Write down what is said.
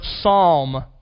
psalm